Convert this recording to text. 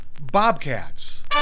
Bobcats